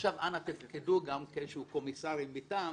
עכשיו אנא תפקדו גם כקומיסרים מטעם"